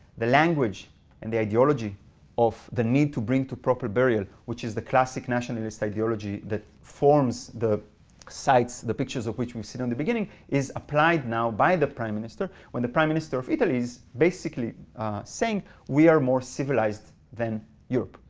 the language and the ideology of the need to bring to proper burial, which is the classic nationalist ideology that forms the sites, the pictures of which we've seen in the beginning, is applied, now by the prime minister, when the prime minister of italy is basically saying we are more civilized than europe.